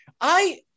I-